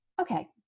okay